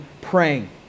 praying